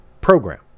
program